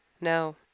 No